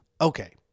Okay